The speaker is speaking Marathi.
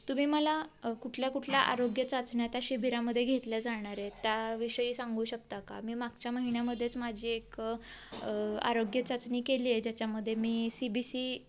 तुम्ही मला कुठल्या कुठल्या आरोग्य चाचण्या त्या शिबिरामध्ये घेतल्या जाणार त्याविषयी सांगू शकता का मी मागच्या महिन्यामधेच माझी एक आरोग्य चाचणी केली आहे ज्याच्यामध्ये मी सी बी सी